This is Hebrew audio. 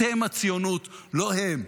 אתם הציונות, לא הם.